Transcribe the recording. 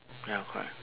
ya correct